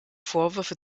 vorwürfe